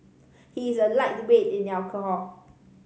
he is a lightweight in alcohol